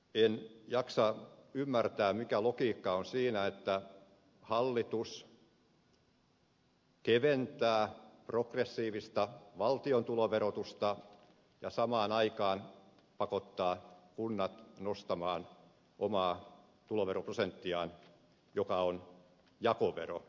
en jaksa ymmärtää mikä logiikka on siinä että hallitus keventää progressiivista valtion tuloverotusta ja samaan aikaan pakottaa kunnat nostamaan omaa tuloveroprosenttiaan joka on jakovero